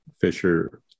Fisher